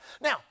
Now